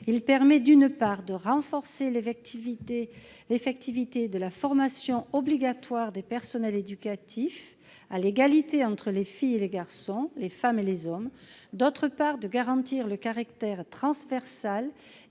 permettra de renforcer l'effectivité de la formation obligatoire des personnels éducatifs à l'égalité entre les filles et les garçons, les femmes et les hommes, de garantir le caractère transversal